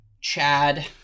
Chad